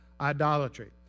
idolatry